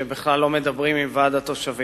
שהם בכלל לא מדברים עם ועד התושבים,